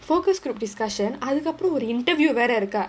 focus group discussion அதுக்கப்பறம் ஒரு:athukkaparam interview வேற இருக்கு:vera irukku